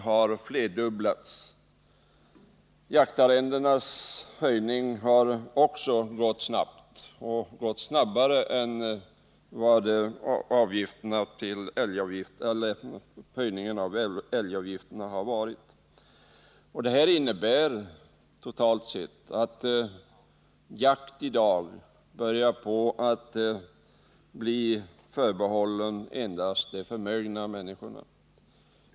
Höjningen av priserna på jaktarrenden har också gått snabbt, snabbare än höjningen av älgavgifterna. Detta innebär att jakt börjar bli förbehållen endast de förmögna människorna.